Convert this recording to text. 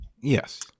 Yes